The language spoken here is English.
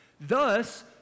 Thus